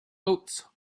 oats